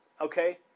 okay